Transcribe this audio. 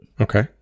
Okay